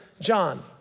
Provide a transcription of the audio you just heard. John